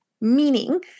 meaning